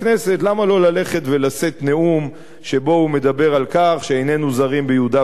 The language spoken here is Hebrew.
לשאת נאום שבו הוא מדבר על כך שאיננו זרים ביהודה ושומרון,